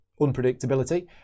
unpredictability